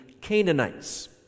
Canaanites